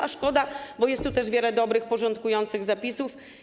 A szkoda, bo jest tu też wiele dobrych, porządkujących zapisów.